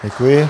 Děkuji.